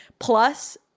Plus